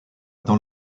dans